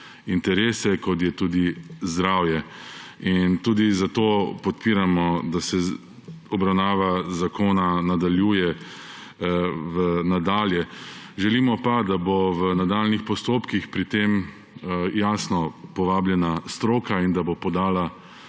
interese, kot je tudi zdravje. Tudi zato podpiramo, da se obravnava zakona nadaljuje. Želimo pa, da bo v nadaljnjih postopkih pri tem jasno povabljena stroka in da bo podala